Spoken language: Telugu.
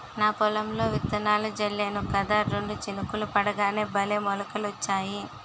నా పొలంలో విత్తనాలు జల్లేను కదా రెండు చినుకులు పడగానే భలే మొలకలొచ్చాయి